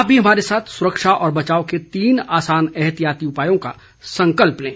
आप भी हमारे साथ सुरक्षा और बचाव के तीन आसान एहतियाती उपायों का संकल्प लें